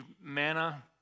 manna